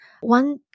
One